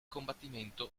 combattimento